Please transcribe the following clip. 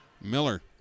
Miller